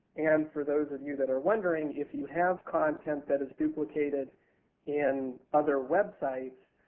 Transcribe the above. and for those of you that are wondering, if you have content that is duplicated in other websites,